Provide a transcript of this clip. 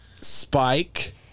Spike